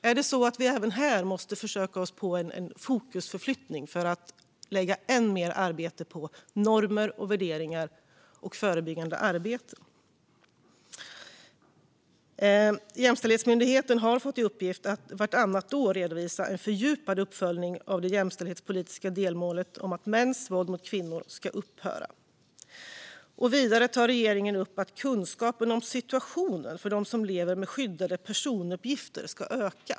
Är det så att vi även här måste försöka oss på en fokusförflyttning för att lägga än mer arbete på normer, värderingar och förebyggande arbete? Jämställdhetsmyndigheten har fått i uppgift att vartannat år redovisa en fördjupad uppföljning av det jämställdhetspolitiska delmålet om att mäns våld mot kvinnor ska upphöra. Vidare tar regeringen upp att kunskapen om situationen för dem som lever med skyddade personuppgifter ska öka.